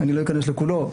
אני לא אכנס לכולו,